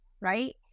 right